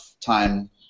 time